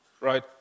right